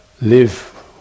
live